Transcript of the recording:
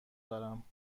دارم